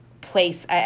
place